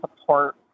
support